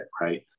right